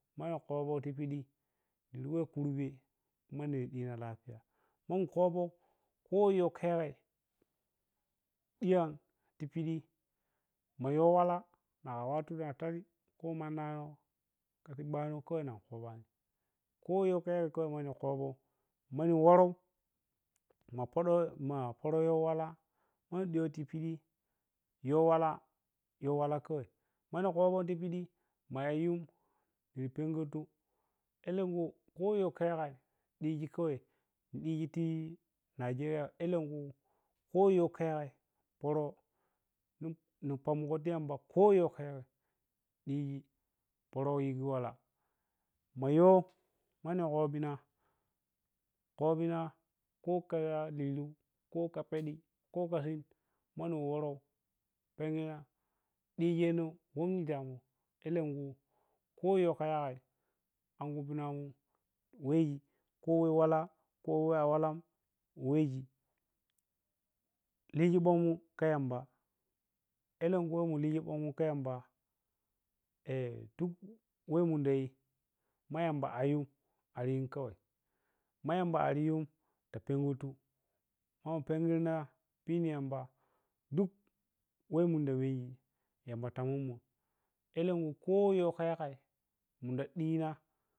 Mani kobo tipidi nirwe khurbe kuma niridma datifa man kopu koyowka yagai diyan lipidi may wala naga wattu nga tad ko makarnagano ka sibbano kawa niga kobani ko yow mani kobou mani wprou ma poro poro yowala mani ɗiyo tipidi yowala, yowala. kawai mani diyy tipidi. yowala yowala kawai manikopontipidi ma’a yum nir pergurtu elen kui koyaka yagai diji kawi dijiti nigeria elenkui ko yowka yagai poro ni pongugo te yamba ko yowka yagai ni yiji poro yiji wala ma yow mani kobina kenina koka liliu koka pedi koka sin mani wprou lenya dejini womni elemunta elenkui ko yowka yasai an khuppinga mu weji ko wla ko a walam weji lizhigbommu ka yamab elen kui weh mun lizhi gbommu ka yamba eh du kweh munda yi ma yamba a yum ayum kawai ma yamba aryim ta pengurtu mamun pergita pini yamba duk weh munda yi yamba tamummu eleti kui koyaka yagai munɗi dina.